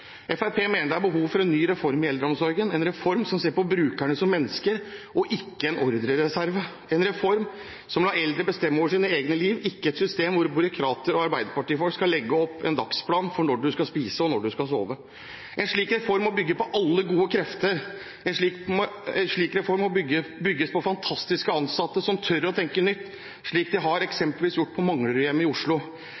Fremskrittspartiet mener det er behov for en ny reform i eldreomsorgen, en reform som ser på brukerne som mennesker og ikke en ordrereserve, en reform som lar eldre bestemme over sine egne liv, ikke et system hvor byråkrater og arbeiderpartifolk skal legge opp en dagsplan for når en skal spise, og når en skal sove. En slik reform må bygge på alle gode krefter, en slik reform må bygges på fantastiske ansatte som tør å tenke nytt, slik de eksempelvis har